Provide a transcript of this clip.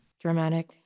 dramatic